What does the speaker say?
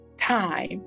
time